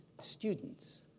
students